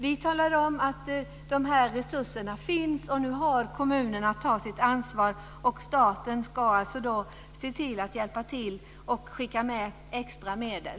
Vi talar om att de här resurserna finns och att kommunerna nu har att ta sitt ansvar. Staten ska hjälpa till och skicka med extra medel.